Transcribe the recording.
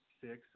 six